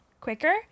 quicker